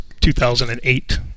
2008